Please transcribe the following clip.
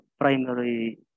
primary